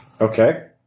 Okay